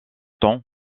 temps